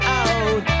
out